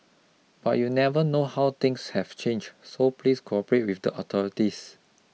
but you never know how things have changed so please cooperate with the authorities